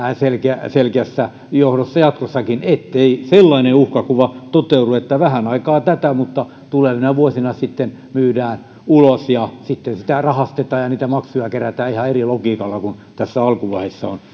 selkeässä selkeässä johdossa jatkossakin ettei sellainen uhkakuva toteudu että vähän aikaa tätä mutta tulevina vuosina sitten myydään ulos ja sitten sitä rahastetaan ja niitä maksuja kerätään ihan eri logiikalla kuin tässä alkuvaiheessa on